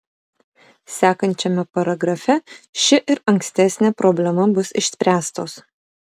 sekančiame paragrafe ši ir ankstesnė problema bus išspręstos